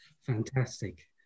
Fantastic